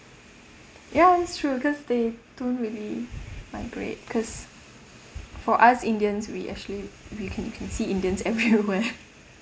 ya it's true because they don't really migrate cause for us indians we actually we can can see indians everywhere